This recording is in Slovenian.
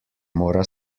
mora